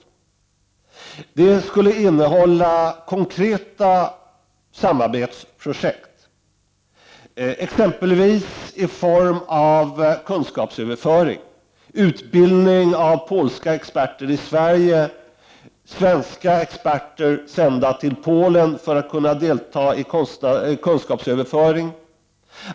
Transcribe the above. Programmet skulle innehålla konkreta samarbetsprojekt, exempelvis i form av kunskapsöverföring och utbildning av polska experter i Sverige, och svenska experter skulle sändas till Polen för att kunna delta i kunskapsöverföringen.